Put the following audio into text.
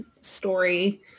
story